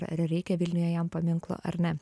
ar reikia vilniuje jam paminklo ar ne